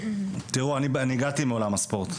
אני הגעתי מעולם הספורט,